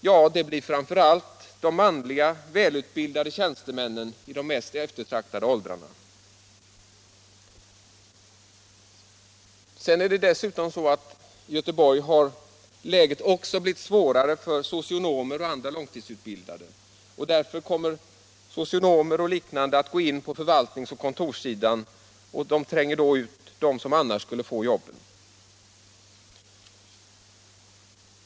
Jo, det blir framför allt de manliga välutbildade tjänstemännen i de mest eftertraktade åldrarna. Dessutom har läget i Göteborg blivit allt svårare även för socionomer och andra långtidsutbildade. Därför kommer socionomer och liknande grupper att gå in på förvaltningsoch kontorssidan, och de tränger då ut dem som annars skulle fått jobben.